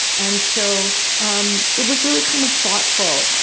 and so it was really kind of thoughtful.